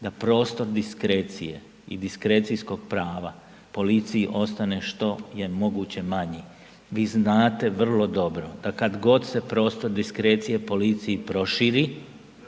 da prostor diskrecije i diskrecijskog prava policiji ostane što je moguće manji. Vi znate vrlo dobro da kad god se prostor diskrecije policiji proširi,